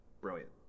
Brilliant